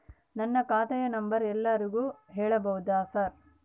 ನನ್ನ ಖಾತೆಯ ನಂಬರ್ ಎಲ್ಲರಿಗೂ ಹೇಳಬಹುದಾ ಸರ್?